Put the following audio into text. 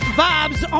vibes